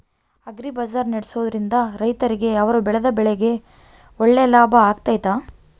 Agri Bazaar ನಡೆಸ್ದೊರಿಂದ ರೈತರಿಗೆ ಅವರು ಬೆಳೆದ ಬೆಳೆಗೆ ಒಳ್ಳೆ ಲಾಭ ಆಗ್ತೈತಾ?